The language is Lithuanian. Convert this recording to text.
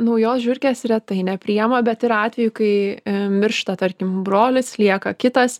naujos žiurkės retai nepriema bet yra atvejų kai miršta tarkim brolis lieka kitas